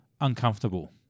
uncomfortable